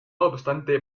obstante